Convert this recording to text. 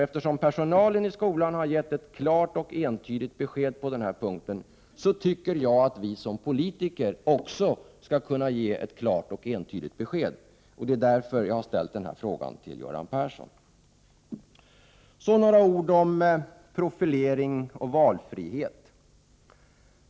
Eftersom personalen har gett ett klart och entydigt besked på denna punkt, tycker jag att vi som politiker också skall kunna ge ett klart och entydigt besked, och det är därför jag har ställt den här frågan till Göran Persson. Så vill jag säga några ord om profilering och valfrihet.